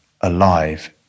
alive